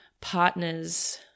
partners